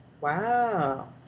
Wow